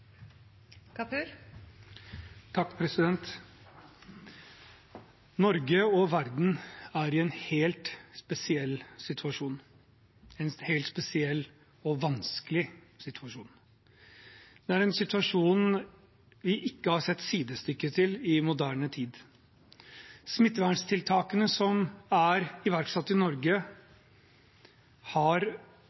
i en helt spesiell situasjon – en helt spesiell og vanskelig situasjon. Det er en situasjon vi ikke har sett maken til i moderne tid. Smitteverntiltakene som er iverksatt i Norge, kombinert med et betydelig fall i internasjonal økonomi, sammen med et kraftig oljeprisfall, har